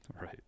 Right